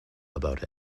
about